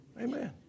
Amen